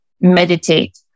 meditate